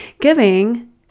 giving